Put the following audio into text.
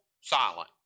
silent